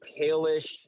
tailish